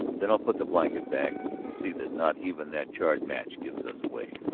then i'll put the blanket back and see that not even that charred match gives us away.